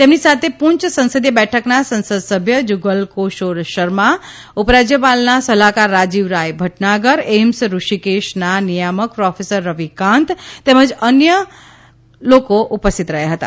તેમની સાથે પૂંય સંસદીય બેઠકના સંસદ સભ્ય જગલ કોશોર શર્મા ઉપરાજ્યપાલના સલાહકાર રાજીવ રાય ભટનાગર એઈમ્સ રુષિકેશ ના નીથામક પ્રોફેસર રવિ કાંત તેમજ અન્ય મોકો ઉપસ્થિત રહ્યા હતા